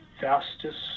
fastest